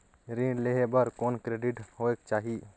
ऋण लेहे बर कौन क्रेडिट होयक चाही?